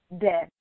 death